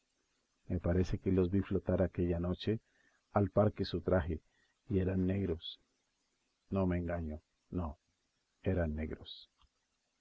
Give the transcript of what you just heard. me parece que los vi flotar aquella noche al par que su traje y eran negros no me engaño no eran negros